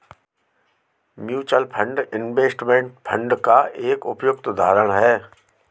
mutual fund investment fund का एक उपयुक्त उदाहरण है